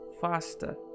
Faster